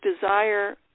desire